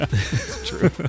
true